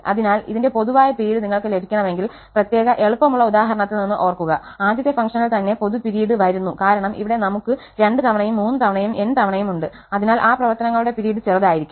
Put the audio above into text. അതിനാൽ ഇതിന്റെ പൊതുവായ പിരീഡ് നിങ്ങൾക്ക് ലഭിക്കണമെങ്കിൽ പ്രത്യേക എളുപ്പമുള്ള ഉദാഹരണത്തിൽ നിന്ന് ഓർക്കുക ആദ്യത്തെ ഫംഗ്ഷനിൽ തന്നെ പൊതു പിരീഡ് വരുന്നു കാരണം ഇവിടെ നമുക്ക് രണ്ട് തവണയും മൂന്ന് തവണയും n തവണയും ഉണ്ട് അതിനാൽ ആ പ്രവർത്തനങ്ങളുടെ പിരീഡ് ചെറുതായിരിക്കും